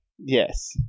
Yes